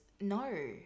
No